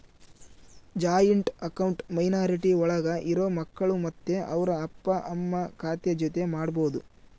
joint account minority ಒಳಗ ಇರೋ ಮಕ್ಕಳು ಮತ್ತೆ ಅವ್ರ ಅಪ್ಪ ಅಮ್ಮ ಖಾತೆ ಜೊತೆ ಮಾಡ್ಬೋದು